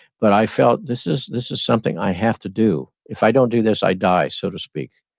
but i felt, this is this is something i have to do. if i don't do this, i die, so to speak.